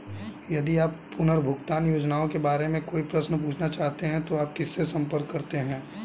यदि आप पुनर्भुगतान योजनाओं के बारे में कोई प्रश्न पूछना चाहते हैं तो आप किससे संपर्क करते हैं?